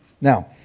Now